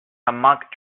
monk